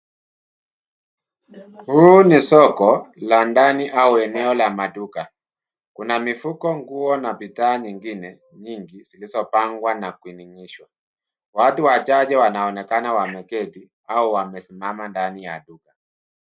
Huu ni soko la ndani au eneo la maduka. Kuna mifuko, nguo na bidhaa nyingingine nyingi zilizo pangwa na kuning'inishwa. Watu wachache wanaonekana wameketi au wamesimama ndani ya duka.